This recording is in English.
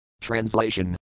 Translation